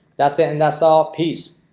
that's the end. that's all piece.